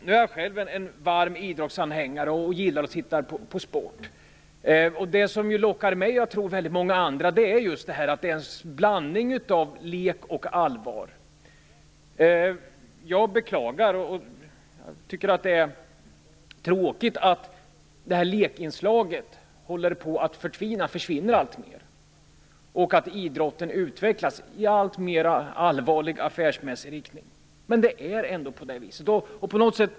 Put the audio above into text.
Jag är själv en varm idrottsanhängare och gillar att titta på sport. Det som lockar mig och väldigt många andra är just blandningen av lek och allvar. Det är tråkigt att lekinslaget håller på att försvinna alltmer. Idrotten utvecklas i mer och mer affärsmässig riktning.